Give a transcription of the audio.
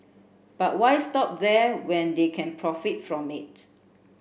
but why stop there when they can profit from it